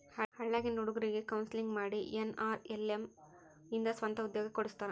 ಹಳ್ಳ್ಯಾಗಿನ್ ಹುಡುಗ್ರಿಗೆ ಕೋನ್ಸೆಲ್ಲಿಂಗ್ ಮಾಡಿ ಎನ್.ಆರ್.ಎಲ್.ಎಂ ಇಂದ ಸ್ವಂತ ಉದ್ಯೋಗ ಕೊಡಸ್ತಾರ